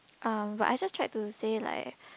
um but I just tried to say like